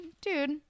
dude